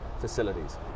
facilities